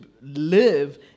live